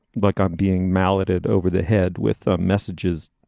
like i'm being molded over the head with ah messages